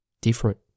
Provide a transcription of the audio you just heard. different